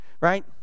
Right